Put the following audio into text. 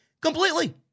completely